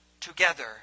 together